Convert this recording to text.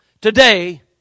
today